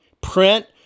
print